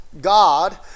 God